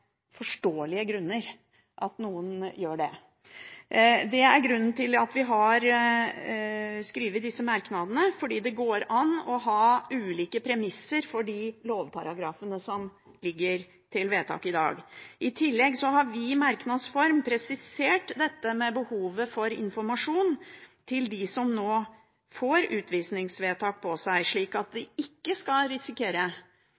forståelige, grunner. Det er grunnen til at vi har skrevet disse merknadene. Det går an å ha ulike premisser for de lovparagrafene som skal vedtas i dag. I tillegg har vi i merknadsform presisert behovet for informasjon til dem som får utvisningsvedtak, slik at